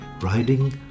riding